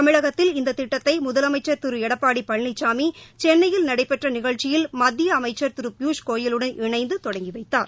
தமிழகத்தில் இந்த திட்டத்தை முதலமைச்சர் திரு எடப்பாடி பழனிசாமி சென்னையில் நடைபெற்ற நிகழ்ச்சியில் மத்திய அமைச்சர் திரு பியூஷ் கோயலுடன் இணைந்து தொடங்கி வைத்தார்